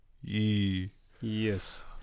yes